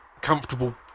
comfortable